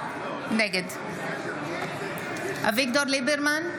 נגד אביגדור ליברמן,